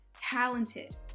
talented